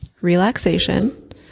Relaxation